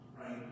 right